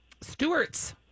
stewart's